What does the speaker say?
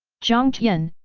jiang tian,